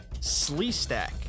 Sleestack